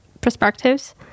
Perspectives